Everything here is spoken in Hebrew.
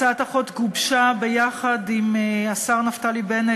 הצעת החוק גובשה יחד עם השר נפתלי בנט,